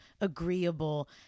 agreeable